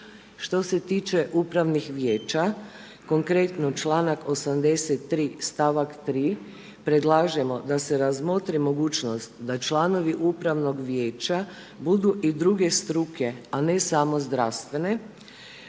Što se tiče upravnih vijeća, konkretno članak 83., st. 3., predlažemo da se razmotri mogućnost da članovi upravnog vijeća budu i druge struke, a ne samo zdravstvene.